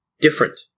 different